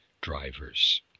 drivers